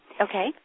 Okay